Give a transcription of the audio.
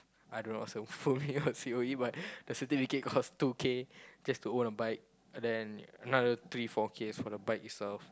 I don't know what's the full name for C_O_E but the certificate costs two K just to own a bike then another three four K for the bike itself